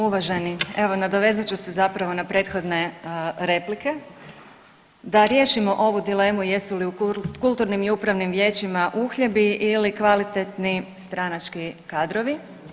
Uvaženi, evo nadovezat ću se zapravo na prethodne replike da riješimo ovu dilemu jesu li u kulturnim i upravnim vijećima uhljebi ili kvalitetni stranački kadrovi.